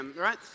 right